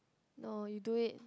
no you do it